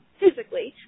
physically